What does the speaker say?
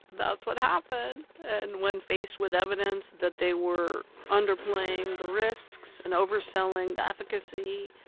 that's what happened. and when faced with evidence that they were underplaying the risks and overselling the efficacy,